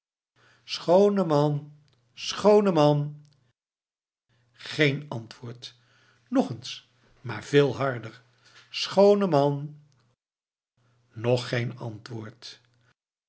schooneman schooneman geen antwoord nog eens maar veel harder schooneman nog geen antwoord